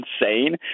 insane